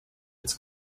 its